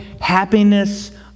happiness